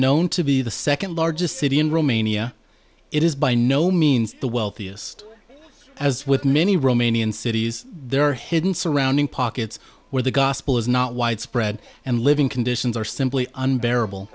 known to be the second largest city in romania it is by no means the wealthiest as with many romanian cities there are hidden surrounding pockets where the gospel is not widespread and living conditions are simply unbearable